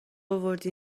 آوردی